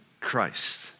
Christ